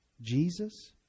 Jesus